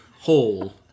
hole